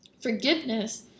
Forgiveness